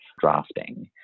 drafting